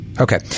okay